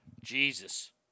Jesus